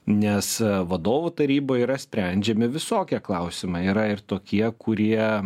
nes vadovų taryboj yra sprendžiami visokie klausimai yra ir tokie kurie